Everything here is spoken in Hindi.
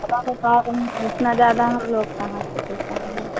तो इतना ज़्यादा हम लोग कहाँ से दे पाएँगे